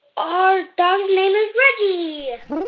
our dog's name is reggie